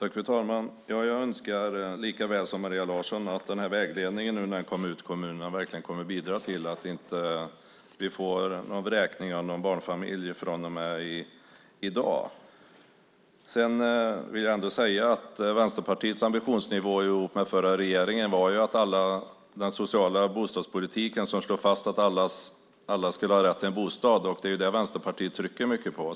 Fru talman! Jag önskar likaväl som Maria Larsson att den här vägledningen, nu när den kommer ut till kommunerna, verkligen kommer att bidra till att vi inte får någon vräkning av någon barnfamilj från och med i dag. Jag vill säga att Vänsterpartiets ambitionsnivå tillsammans med den förra regeringen handlade om en social bostadspolitik som slår fast att alla ska ha rätt till en bostad, och det är det Vänsterpartiet trycker mycket på.